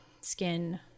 skin